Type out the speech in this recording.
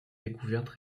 découvertes